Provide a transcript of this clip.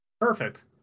Perfect